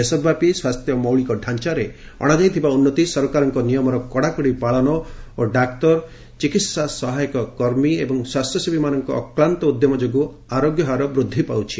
ଦେଶବ୍ୟାପୀ ସ୍ୱାସ୍ଥ୍ୟ ମୌଳିକ ଡାଞ୍ଚାରେ ଅଣାଯାଇଥିବା ଉନ୍ତି ସରକାରଙ୍କ ନିୟମର କଡ଼ାକଡ଼ି ପାଳନ ଓ ଡାକ୍ତର ଚିକିହା ସହାୟକ କର୍ମୀ ଏବଂ ସ୍ୱେଚ୍ଛାସେବୀମାନଙ୍କ ଅକ୍ଲାନ୍ତ ଉଦ୍ୟମ ଯୋଗୁଁ ଆରୋଗ୍ୟ ହାର ବୃଦ୍ଧି ପାଉଛି